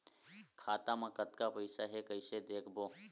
खाता मा कतका पईसा हे कइसे देखबो?